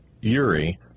Uri